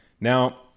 Now